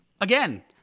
again